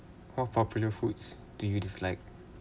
what popular foods do you dislike